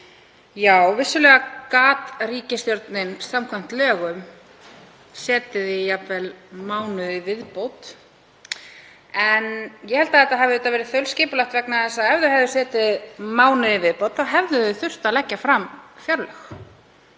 Já, vissulega gat ríkisstjórnin samkvæmt lögum setið í jafnvel mánuð í viðbót en ég held að þetta hafi verið þaulskipulagt vegna þess að ef þau hefðu setið mánuð í viðbót hefðu þau þurft að leggja fram fjárlög.